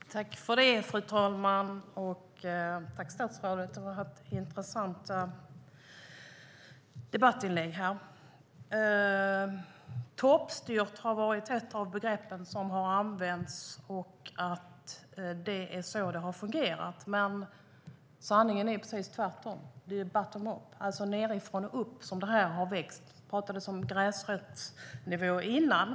Fru talman! Jag tackar statsrådet; det har varit intressanta debattinlägg här. "Toppstyrt" har varit ett av begreppen som har använts, alltså att det är så det har fungerat. Sanningen är dock att det är precis tvärtom. Det är ju bottom-up, det vill säga nedifrån och upp, detta har växt fram. Det talades om gräsrotsnivå här tidigare.